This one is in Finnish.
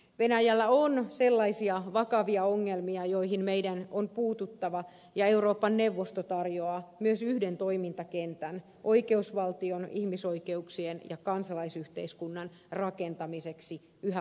venäjällä on sellaisia vakavia ongelmia joihin meidän on puututtava ja myös euroopan neuvosto tarjoaa yhden toimintakentän oikeusvaltion ihmisoikeuksien ja kansalaisyhteiskunnan rakentamiseksi yhä paremmaksi